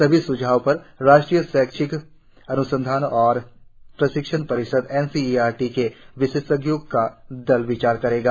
सभी सुझावों पर राष्ट्रीय शैक्षिक अन्संधान और प्रशिक्षण परिषद एनसीईआरटी के विशेषज्ञों का दल विचार करेगा